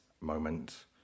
moment